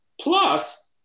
Plus